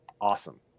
awesome